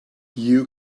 you